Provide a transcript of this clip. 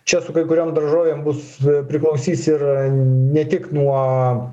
čia su kai kuriom daržovėm bus priklausys ir ne tik nuo